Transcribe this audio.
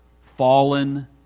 fallen